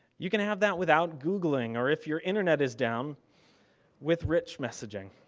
you can have that without googling or if your internet is down with rich messaging.